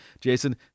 Jason